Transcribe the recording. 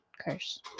curse